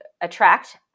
attract